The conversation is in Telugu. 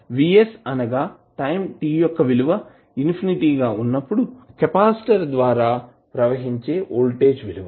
VS అనగా టైం t యొక్క విలువ ఇన్ఫినిటీ గా ఉన్నప్పుడు కెపాసిటర్ ద్వారా ప్రవహించే వోల్టేజ్ విలువ